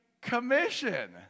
Commission